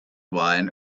wine